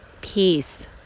peace